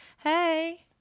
Hey